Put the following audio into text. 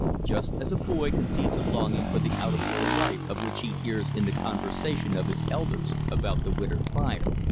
just as a boy conceives a longing for the out-of-door life of which he hears in the conversation of his elders about the winter fire.